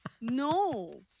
no